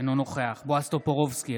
אינו נוכח בועז טופורובסקי,